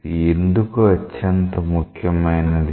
ఇది ఎందుకు అత్యంత ముఖ్యమైనది